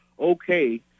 okay